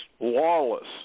lawless